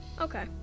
Okay